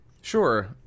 Sure